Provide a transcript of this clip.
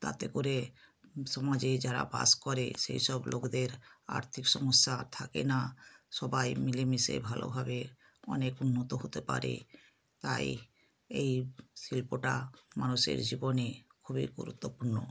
তাতে করে সমাজে যারা বাস করে সেই সব লোকদের আর্থিক সমস্যা আর থাকে না সবাই মিলেমিশে ভালোভাবে অনেক উন্নত হতে পারে তাই এই শিল্পটা মানুষের জীবনে খুবই গুরুত্বপূর্ণ